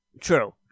True